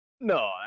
No